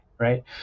Right